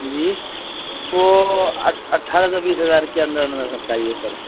جی وہ اٹھارہ سے بیس ہزار کے اندر اندر چاہیے سر